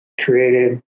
created